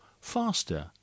faster